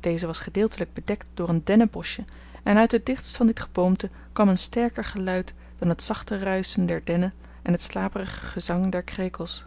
deze was gedeeltelijk bedekt door een dennenboschje en uit het dichtst van dit geboomte kwam een sterker geluid dan het zachte ruischen der dennen en het slaperige gezang der krekels